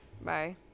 Bye